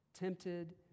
tempted